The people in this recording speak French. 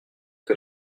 que